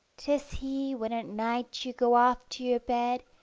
tis he, when at night you go off to your bed,